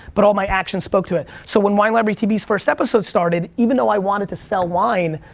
but all my actions spoke to it. so when wine library tv's first episode started, even though i wanted to sell wine,